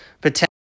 potential